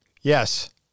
yes